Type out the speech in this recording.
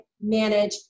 manage